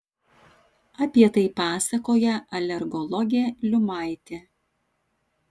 apie tai pasakoja alergologė liumaitė